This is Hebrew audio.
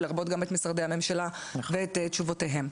לרבות את משרדי הממשלה ואת תשובותיהם.